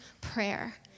prayer